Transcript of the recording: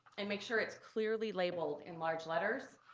and make sure it's clearly labeled in large letters,